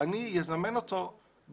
אני אזמן אותו.